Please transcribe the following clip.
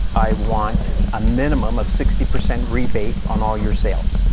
i want a minimum of sixty percent rebate on all your sales.